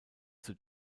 zur